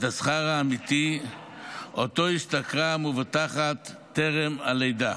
השכר האמיתי שהשתכרה המבוטחת טרם הלידה.